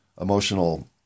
emotional